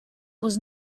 was